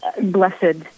blessed